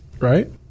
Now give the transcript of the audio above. Right